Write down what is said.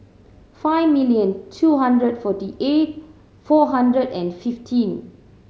five million two hundred forty eight four hundred and fifteen